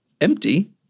empty